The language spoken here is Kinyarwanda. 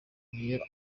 niyo